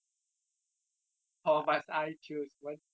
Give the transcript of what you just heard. orh must I choose what